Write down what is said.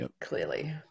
clearly